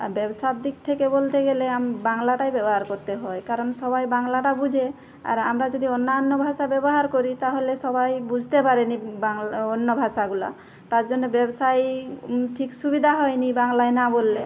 আর ব্যবসার দিক থেকে বলতে গেলে আম বাংলাটাই ব্যবহার করতে হয় কারণ সবাই বাংলাটা বোঝে আর আমরা যদি অন্যান্য ভাষা ব্যবহার করি তাহলে সবাই বুঝতে পারে না বাংলা অন্য ভাষাগুলো তার জন্য ব্যবসাই ঠিক সুবিধা হয় না বাংলায় না বললে